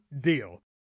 Deal